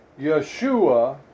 Yeshua